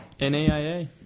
NAIA